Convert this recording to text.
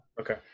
Okay